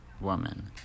woman